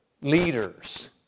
leaders